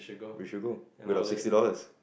we should go with our sixty dollars